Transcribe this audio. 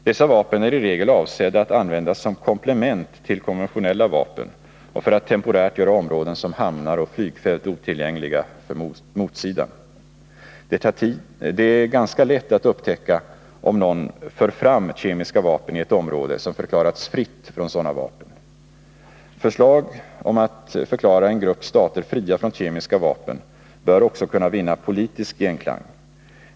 Dessa vapen är i regel avsedda att användas som komplement till konventionella vapen och för att temporärt göra områden som hamnar och flygfält otillgängliga för motsidan. Det är ganska lätt att upptäcka om någon för fram kemiska vapen i ett område som förklaras fritt från sådana vapen. Förslag om att förklara en grupp stater fria från kemiska vapen bör också kunna vinna politisk genklang.